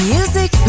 Music